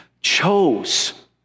chose